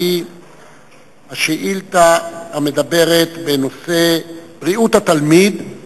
שהיא שאילתא המדברת בנושא: בריאות התלמיד,